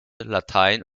latein